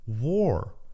war